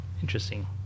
Interesting